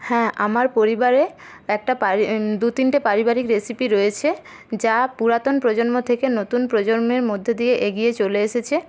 হ্যাঁ আমার পরিবারে একটা দু তিনটে পারিবারিক রেসিপি রয়েছে যা পুরাতন প্রজন্ম থেকে নতুন প্রজন্মের মধ্যে দিয়ে এগিয়ে চলে এসেছে